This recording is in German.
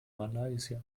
malaysia